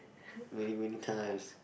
many many times